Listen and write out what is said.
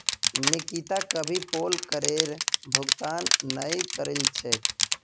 निकिता कभी पोल करेर भुगतान नइ करील छेक